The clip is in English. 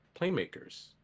playmakers